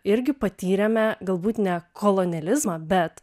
irgi patyrėme galbūt ne kolonializmą bet